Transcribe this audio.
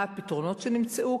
מה הפתרונות שנמצאו?